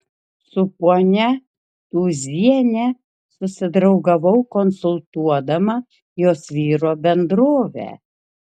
su ponia tūziene susidraugavau konsultuodama jos vyro bendrovę